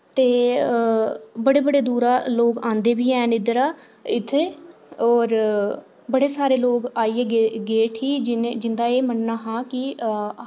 ते बड़े बड़े दूरा लोग आंदे बी हैन इद्धरा इत्थै और बड़े सारे लोग आइयै गे उठी जि'नें जिं'दा ए मन्न'ना हा कि